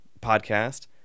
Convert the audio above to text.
podcast